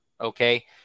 Okay